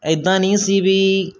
ਇੱਦਾਂ ਨਹੀਂ ਸੀ ਵੀ